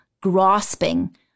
grasping